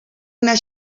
una